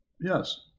Yes